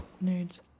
Nudes